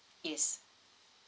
yes